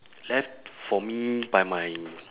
left for me by my